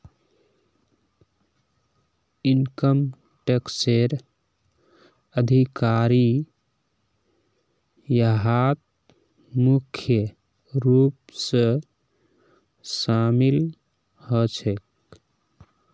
income टैक्सेर अधिकारी यहात मुख्य रूप स शामिल ह छेक